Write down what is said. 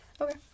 Okay